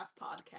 podcast